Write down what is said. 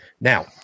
Now